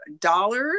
dollars